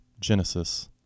Genesis